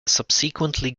subsequently